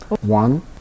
One